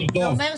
יום-יום.